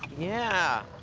yeah,